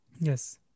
Yes